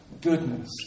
goodness